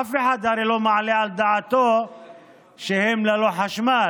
אף אחד הרי לא מעלה על דעתו שהם ללא חשמל,